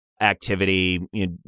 activity